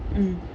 mm